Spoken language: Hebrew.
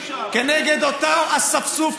נגד אותו אספסוף,